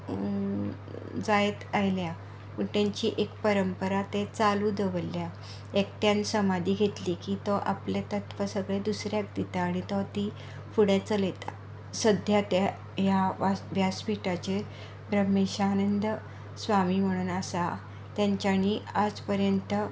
जायत आयल्या पूण तांचीच एक परंपरा ते चालू दवरल्या एकट्यान समाधी घेतली की तो आपले त्तव सगळें दुसऱ्याक दितां आनी तो ती फुडें चलयता सद्याक त्या ह्या व्यासपिठाचेर ब्रम्हेशानंद स्वामी म्हणून आसा तांच्यानी आज पर्यंत